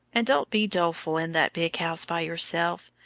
and don't be doleful in that big house by yourself.